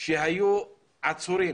שהיו עצורים